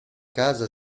casa